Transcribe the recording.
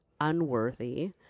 unworthy